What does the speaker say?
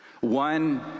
One